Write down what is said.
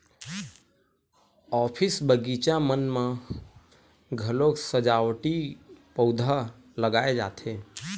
office, बगीचा मन म घलोक सजावटी पउधा लगाए जाथे